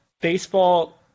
baseball